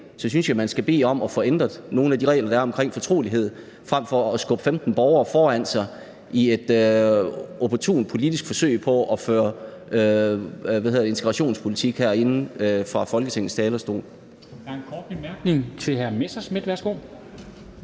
at ændre det, så skal man bede om at få ændret nogle af de regler, der er om fortrolighed, frem for at skubbe 15 borgere foran sig i et opportunt politisk forsøg på at føre integrationspolitik herinde fra Folketingets talerstol.